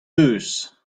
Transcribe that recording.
eus